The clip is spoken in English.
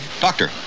Doctor